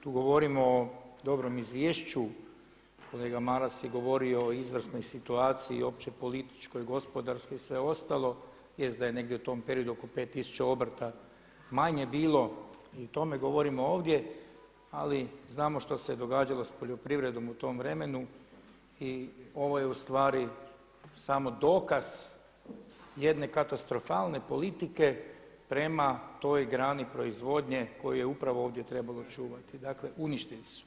Tu govorimo o dobrom izvješću, kolega Maras je govorio o izvrsnoj situaciji i opće političkoj, gospodarskoj i sve ostalo, jest da je negdje u tom periodu oko 5 tisuća obrta manje bilo i o tome govorimo ovdje ali znamo što se događalo sa poljoprivrednom u tom vremenu i ovo je ustvari samo dokaz jedne katastrofalne politike prema toj grani proizvodnje koju je upravo ovdje trebalo čuvati, dakle uništeni su.